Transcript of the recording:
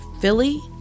Philly